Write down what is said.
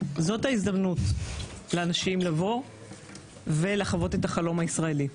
זאת ההזדמנות לאנשים לבוא ולחוות את החלום הישראלי.